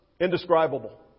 indescribable